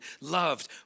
loved